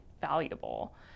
valuable